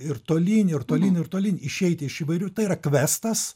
ir tolyn ir tolyn ir tolyn išeiti iš įvairių tai yra kvestas